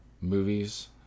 movies